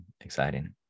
exciting